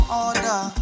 order